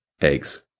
eggs